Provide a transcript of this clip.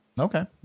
Okay